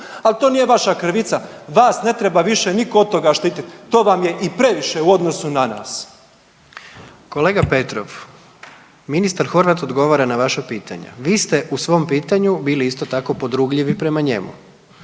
Ali to nije vaša krivica, vas ne treba više nitko od toga štititi. To vam je i previše u odnosu na nas. **Jandroković, Gordan (HDZ)** Kolega Petrov, ministar Horvat odgovara na vaša pitanja. Vi ste u svom pitanju bili isto tako, podrugljivi prema njemu.